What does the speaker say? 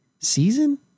season